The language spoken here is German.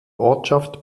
ortschaft